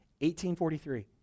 1843